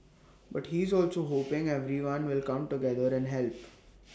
but he's also hoping everyone will come together and help